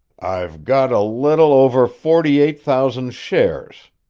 i've got a little over forty-eight thousand shares,